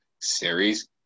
series